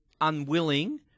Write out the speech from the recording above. unwilling